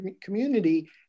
community